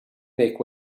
make